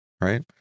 right